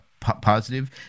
positive